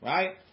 Right